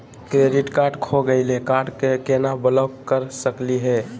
Credit card खो गैली, card क केना ब्लॉक कर सकली हे?